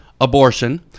Abortion